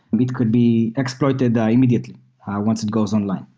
it could be exploited ah immediately once it goes online.